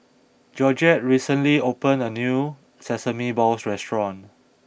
Georgette recently opened a new Sesame Balls restaurant